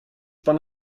pan